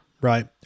right